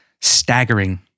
staggering